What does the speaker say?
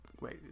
wait